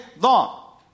long